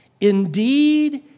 Indeed